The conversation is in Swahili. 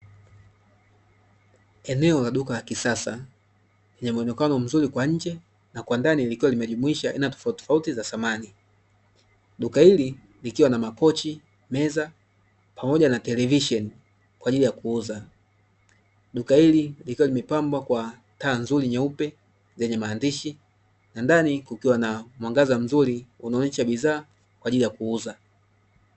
Eneo la duka la kisasa, lenye muonekano mzuri kwa nje, na kwa ndani likiwa limejumuisha aina tofauti tofauti za samani. Duka hili likiwa na makochi, meza, pamoja na televisheni, kwa ajili ya kuuza. Duka hili likiwa limepambwa kwa taa nzuri nyeupe, zenye maandishi, na ndani kukiwa na mwangaza mzuri unaoonyesha bidhaa kwa ajili ya kuuza.